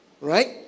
Right